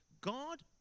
God